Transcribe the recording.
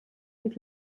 und